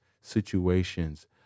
situations